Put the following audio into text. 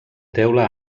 teula